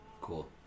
cool